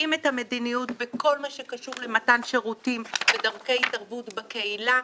קובעים את המדיניות בכל מה שקשור למתן שירותים ודרכי התערבות בקהילה,